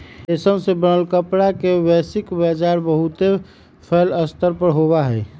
रेशम से बनल कपड़ा के वैश्विक व्यापार बहुत फैल्ल स्तर पर होबा हई